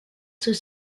sous